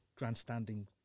grandstanding